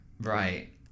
right